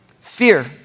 Fear